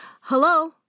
hello